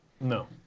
No